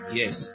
yes